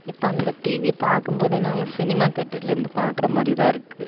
இப்போ அந்த டிவியை பார்க்கும்போதே நாங்கள் சினிமா தேட்டர்லேருந்து பாக்கிற மாதிரி தான் இருக்குது